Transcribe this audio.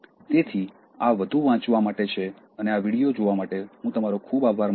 તેથી આ વધુ વાંચવા માટે છે અને આ વિડિઓ જોવા માટે હું તમારો ખૂબ આભાર માનું છું